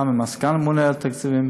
גם עם סגן הממונה על התקציבים,